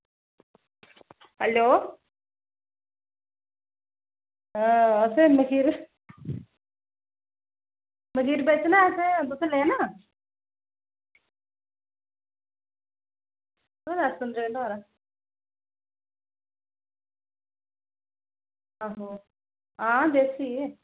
hello असें मखीर मखीर बेचना असें तुसें लैना आं सुंझें दी धारा आहो देसी